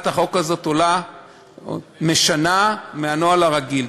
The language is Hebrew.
החוק הזאת שעולה משנה מהנוהל הרגיל.